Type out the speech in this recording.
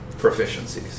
proficiencies